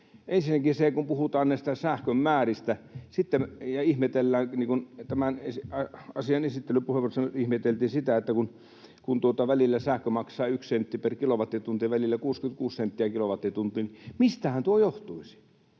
sitä, niin kuin tämän asian esittelypuheenvuorossa ihmeteltiin sitä, että kun välillä sähkö maksaa yhden sentin per kilowattitunti ja välillä 66 senttiä kilowattitunti, niin mistähän tuo johtuisi.